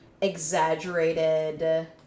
exaggerated